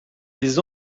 les